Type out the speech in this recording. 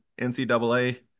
NCAA